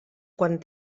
quan